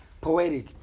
poetic